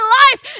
life